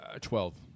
Twelve